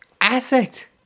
asset